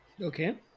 okay